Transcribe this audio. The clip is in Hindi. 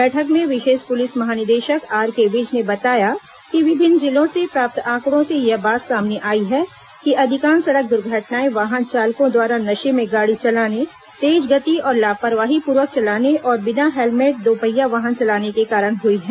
बैठक में विशेष पुलिस महानिदेशक आरके विज ने बताया कि विभिन्न जिलों से प्राप्त आंकड़ों से यह बात सामने आयी है कि अधिकांश सड़क दुर्घटनाएं वाहन चालकों द्वारा नशे में गाड़ी चलाने तेज गति और लापरवाहीपूर्वक चलाने और बिना हेलमेट दोपहिया वाहन चलाने के कारण हुई हैं